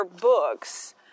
books